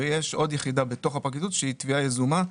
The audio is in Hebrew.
ויש עוד יחידה בתוך הפרקליטות שהיא תביעה יזומה,